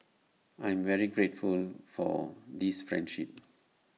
I'm very grateful for this friendship